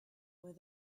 where